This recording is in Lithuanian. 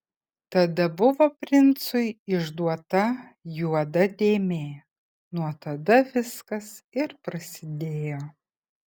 tada buvo princui išduota juoda dėmė nuo tada viskas ir prasidėjo